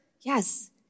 Yes